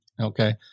Okay